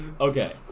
Okay